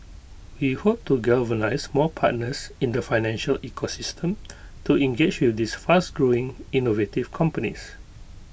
we hope to galvanise more partners in the financial ecosystem to engage with these fast growing innovative companies